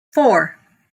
four